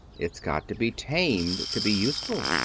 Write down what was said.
it's got to be tamed to be useful.